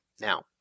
Now